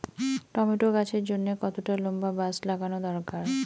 Tomato গাছের জন্যে কতটা লম্বা বাস লাগানো দরকার?